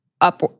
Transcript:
up